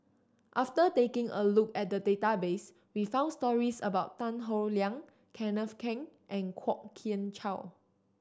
after taking a look at the database we found stories about Tan Howe Liang Kenneth Keng and Kwok Kian Chow